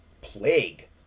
plague